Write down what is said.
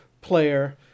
player